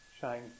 shine